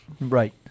Right